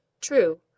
True